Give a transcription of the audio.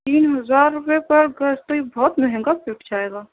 تین ہزار روپیے پر گز تو یہ بہت مہنگا فٹ جائے گا